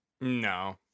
No